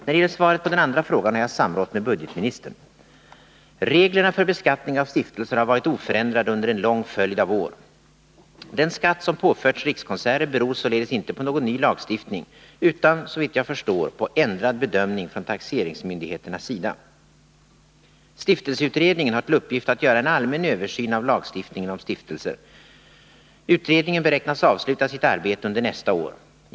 När det gäller svaret på den andra frågan har jag samrått med budgetministern. Reglerna för beskattning av stiftelser har varit oförändrade under en lång följd av år. Den skatt som påförts Rikskonserter beror således inte på någon ny lagstiftning, utan, såvitt jag förstår, på ändrad bedömning från taxeringsmyndigheternas sida. Stiftelseutredningen har till uppgift att göra en allmän översyn av lagstiftningen om stiftelser. Utredningen beräknas avsluta sitt arbete under nästa år.